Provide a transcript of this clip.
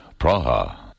Praha